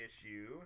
issue